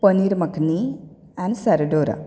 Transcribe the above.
paneer makhani and serradura